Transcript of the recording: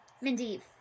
Mindy